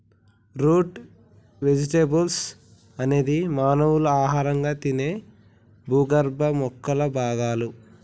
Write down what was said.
route vegetables అనేది మానవులు ఆహారంగా తినే భూగర్భ మొక్కల భాగాలు